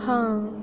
हां